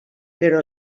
però